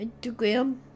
Instagram